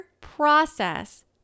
process